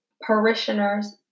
parishioners